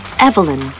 Evelyn